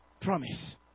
promise